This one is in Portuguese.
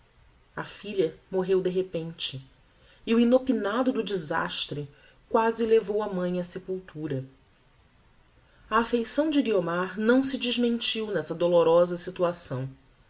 a filha morreu de repente e o inopinado do desastre quasi levou a mãe á sepultura a affeição de guiomar não se desmentiu nessa dolorosa situação